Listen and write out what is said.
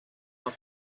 emma